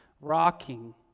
rocking